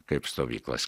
kaip stovyklos